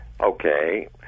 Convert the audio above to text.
Okay